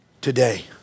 Today